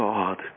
God